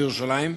בירושלים,